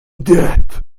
that